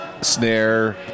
snare